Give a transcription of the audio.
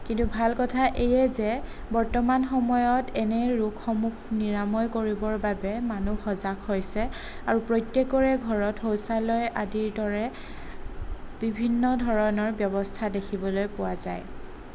কিন্তু ভাল কথা এয়ে যে বৰ্তমান সময়ত এনে ৰোগসমূহ নিৰাময় কৰিবৰ বাবে মানুহ সজাগ হৈছে আৰু প্ৰত্যেকৰে ঘৰত শৌচালয় আদিৰ দৰে বিভিন্ন ধৰণৰ ব্যৱস্থা দেখিবলৈ পোৱা যায়